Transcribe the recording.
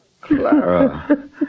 Clara